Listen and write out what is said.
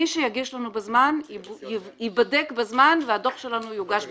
מי שיגיש לנו בזמן ייבדק בזמן והדוח שלנו יוגש בזמן.